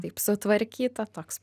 taip sutvarkyta toks